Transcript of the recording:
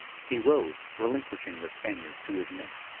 he rose, relinquishing the spaniard to his men.